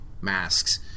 masks